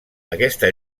aquesta